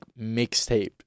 mixtape